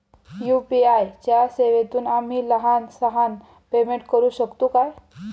UPI च्या सेवेतून आम्ही लहान सहान पेमेंट करू शकतू काय?